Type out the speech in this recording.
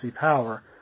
power